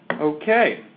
okay